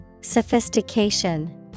Sophistication